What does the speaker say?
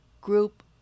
group